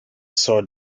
saw